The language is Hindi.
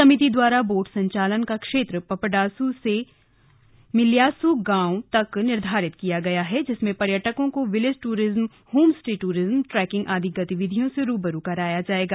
समिति द्वारा बोट संचालन का क्षेत्र पपडासू से मल्यासू ग्राम तक निर्धारित किया गया है जिसमें पर्यटकों को village tourism home stay tourism trekking आदि गतिविधियों से रूबरू कराया जाएगा